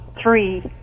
three